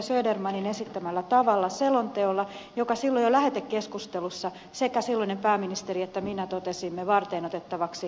södermanin esittämällä tavalla selonteolla jonka silloin jo lähetekeskustelussa sekä silloinen pääministeri että minä totesimme varteenotettavaksi vaihtoehdoksi